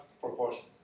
proportion